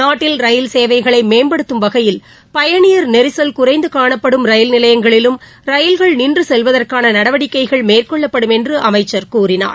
நாட்டில் ரயில் சேவைகளை மேம்படுத்தும் வகையில் பயணியா் நெரிசல் குறைந்து காணப்படும் ரயில் நிலையங்களில் ரயில்கள் நின்று செல்வதற்கான நடவடிக்கைகள் மேற்கொள்ளப்படும் என்று அமைச்சர் கூறினார்